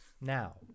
Now